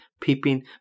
peeping